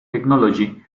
technology